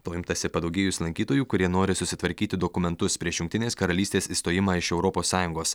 to imtasi padaugėjus lankytojų kurie nori susitvarkyti dokumentus prieš jungtinės karalystės išstojimą iš europos sąjungos